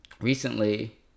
recently